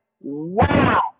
Wow